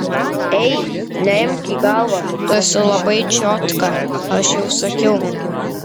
ei neimk į galvą tu esi labai čiotka aš jau sakiau